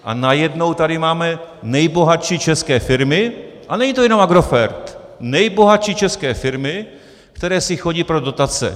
A najednou tady máme nejbohatší české firmy, a není to jenom Agrofert, nejbohatší české firmy, které si chodí pro dotace.